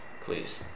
please